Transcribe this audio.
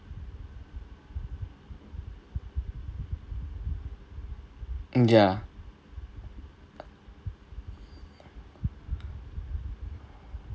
mm ya